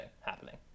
happening